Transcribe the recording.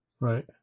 Right